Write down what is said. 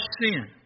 sin